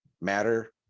matter